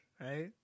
right